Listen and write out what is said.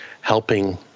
helping